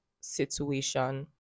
situation